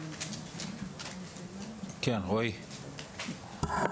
רועי, בבקשה.